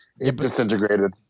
disintegrated